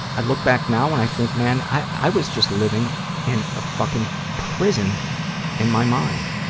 i look back now and i think, man, i was just living in a fucking prison in my mind.